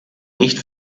nicht